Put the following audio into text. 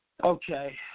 Okay